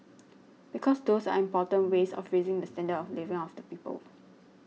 because those are important ways of raising the standard of living of the people